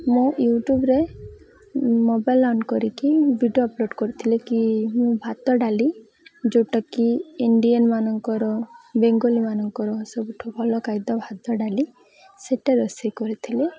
ମୁଁ ୟୁଟ୍ୟୁବ୍ରେ mobile on କରିକି ଭିଡ଼ିଓ ଅପ୍ଲୋଡ଼୍ କରିଥିଲି କି ମୁଁ ଭାତ ଡାଲି ଯେଉଁଟାକି ଇଣ୍ଡିଆନ୍ମାନଙ୍କର ବେଙ୍ଗଲୀମାନଙ୍କର ସବୁଠୁ ଭଲ ଖାଦ୍ୟ ଭାତ ଡାଲି ସେଇଟା ରୋଷେଇ କରିଥିଲି